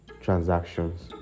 transactions